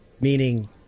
meaning